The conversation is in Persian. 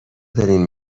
دارین